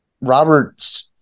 robert's